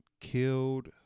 killed